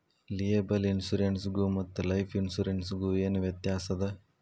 Liable insurance ಗು ಮತ್ತ life insurance ಗು ಏನ್ ವ್ಯಾತ್ಯಾಸದ?